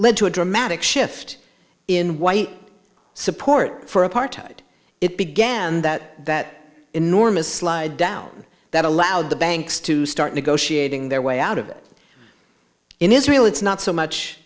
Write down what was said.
lead to a dramatic shift in white support for apartheid it began that that enormous slide down that allowed the banks to start negotiating their way out of it in israel it's not so much